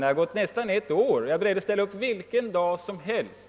Det har nu gått nästan ett år, men jag är beredd att ställa upp vilken dag som helst.